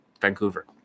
vancouver